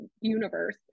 universe